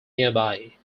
nearby